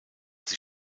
sie